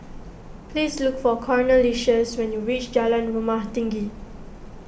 please look for Cornelious when you reach Jalan Rumah Tinggi